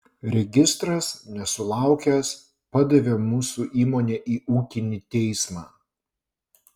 registras nesulaukęs padavė mūsų įmonę į ūkinį teismą